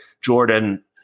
Jordan